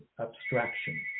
abstraction